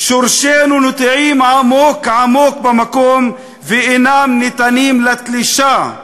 שורשינו נטועים עמוק עמוק במקום ואינם ניתנים לתלישה.